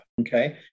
Okay